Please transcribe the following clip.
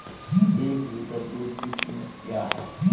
एक लीटर दूध की कीमत क्या है?